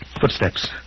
Footsteps